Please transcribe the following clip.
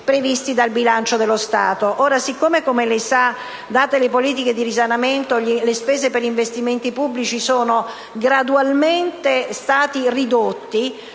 previsti dal bilancio dello Stato. Siccome, come lei sa, date le politiche di risanamento, le spese per investimenti pubblici sono state gradualmente ridotte,